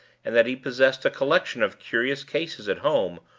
and that he possessed a collection of curious cases at home,